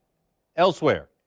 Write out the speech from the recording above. elsewhere.